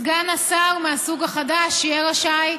סגן השר מהסוג החדש יהיה רשאי,